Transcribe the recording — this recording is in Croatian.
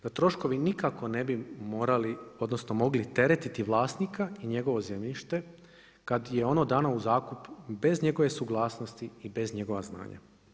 Da, troškovi nikako ne bi morali, odnosno, mogli teretiti vlasnika i njegovo zemljište, kad je ono dano u zakup bez njegove suglasnosti i bez njegova znanja.